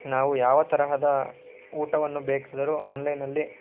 ನಾವು ಯಾವ ತರಹದ ಊಟವನ್ನು ಬೇಕಾದರು ಆನ್ಲೈನಲ್ಲಿ